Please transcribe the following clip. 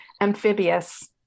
Amphibious